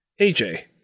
AJ